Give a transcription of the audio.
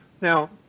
now